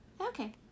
Okay